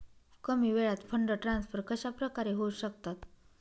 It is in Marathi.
कमी वेळात फंड ट्रान्सफर कशाप्रकारे होऊ शकतात?